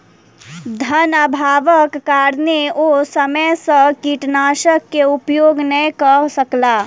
धनअभावक कारणेँ ओ समय सॅ कीटनाशक के उपयोग नै कअ सकला